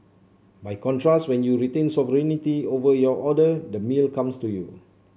by contrast when you retain sovereignty over your order the meal comes to you